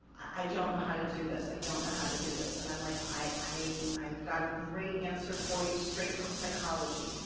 i don't know how to do this, i don't know how to do this. and i'm like, i've got a great answer for you straight from psychology.